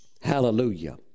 hallelujah